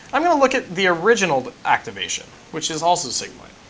i'm going to look at the original activation, which is also sigmoid.